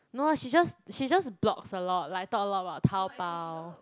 no lah she just she just blogs a lot like talk a lot about Taobao